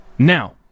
Now